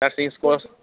गासै कर्स